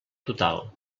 total